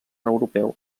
europeu